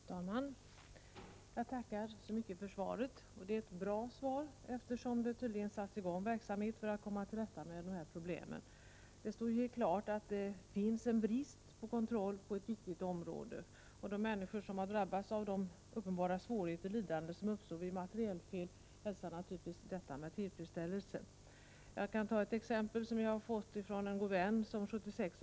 Fru talman! Jag tackar så mycket för svaret. Det är ett bra svar — det har tydligen satts i gång verksamhet för att komma till rätta med dessa problem. Det står helt klart att det är en brist på kontroll på ett viktigt område, och de människor som har drabbats av de uppenbara svårigheter och lidanden som uppstår vid materialfel hälsar naturligtvis detta med tillfredsställelse. Jag kan ta ett exempel. En god vän opererades 1976.